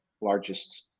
largest